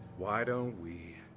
why don't we.